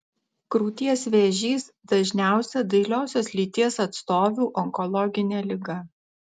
krūties vėžys dažniausia dailiosios lyties atstovių onkologinė liga